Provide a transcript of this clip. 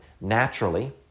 naturally